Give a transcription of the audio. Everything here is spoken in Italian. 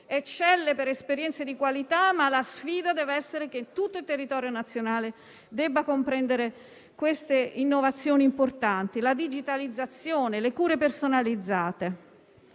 eccelle per esperienze di qualità, ma la sfida deve essere quella di far sì che tutto il territorio nazionale comprenda queste innovazioni importanti. Ripeto, la digitalizzazione, le cure personalizzate,